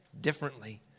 differently